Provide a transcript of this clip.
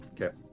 Okay